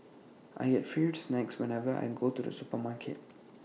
I get free snacks whenever I go to the supermarket